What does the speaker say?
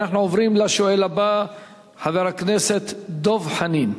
אנחנו עוברים לשואל הבא, חבר הכנסת דב חנין.